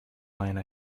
mine